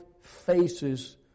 faces